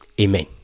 Amen